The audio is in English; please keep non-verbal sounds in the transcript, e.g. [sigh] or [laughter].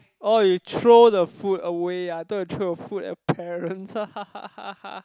orh you throw the food away ah I thought you throw your food at your parents [laughs]